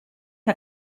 que